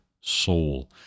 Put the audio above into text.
soul